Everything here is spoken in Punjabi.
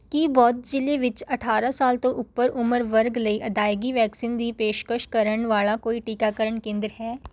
ਕੀ ਬੌਧ ਜ਼ਿਲ੍ਹੇ ਵਿੱਚ ਅਠਾਰਾਂ ਸਾਲ ਤੋਂ ਉੱਪਰ ਉਮਰ ਵਰਗ ਲਈ ਅਦਾਇਗੀ ਵੈਕਸੀਨ ਦੀ ਪੇਸ਼ਕਸ਼ ਕਰਨ ਵਾਲਾ ਕੋਈ ਟੀਕਾਕਰਨ ਕੇਂਦਰ ਹੈ